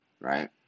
right